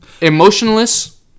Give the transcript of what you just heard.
emotionless